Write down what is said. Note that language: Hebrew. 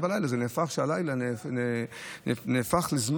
ללילה בתקווה שבלילה הכבישים יהיו פתוחים,